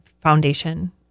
Foundation